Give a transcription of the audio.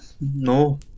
No